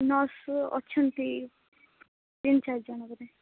nurse ଅଛନ୍ତି ତିନି ଚାରି ଜଣ ବୋଧେ